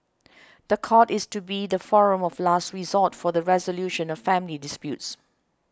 the court is to be the forum of last resort for the resolution of family disputes